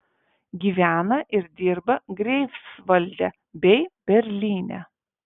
gyvena ir dirba greifsvalde bei berlyne